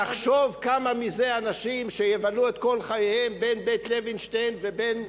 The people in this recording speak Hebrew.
תחשוב כמה אנשים יבלו את כל חייהם בין "בית-לוינשטיין" לבין,